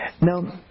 Now